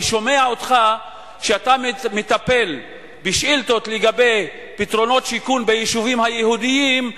אני שומע אותך בשאילתות שאתה מטפל בפתרונות שיכון ביישובים היהודיים,